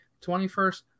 21st